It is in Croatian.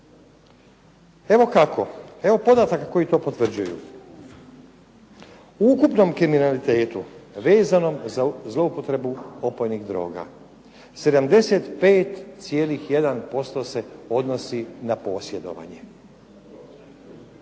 Evo kako, evo podataka koji to potvrđuju. U ukupnom kriminalitetu vezanom za zloupotrebu opojnih droga 75,1% se odnosi na posjedovanje.